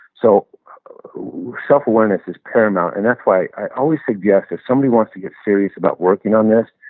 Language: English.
so self-awareness is paramount. and that's why i always suggest if somebody wants to get serious about working on this,